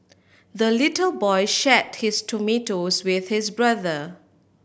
the little boy share his tomatoes with his brother